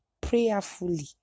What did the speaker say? prayerfully